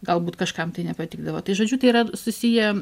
galbūt kažkam tai nepatikdavo tai žodžiu tai yra susiję